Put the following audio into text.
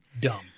Dumb